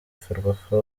ferwafa